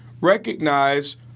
recognize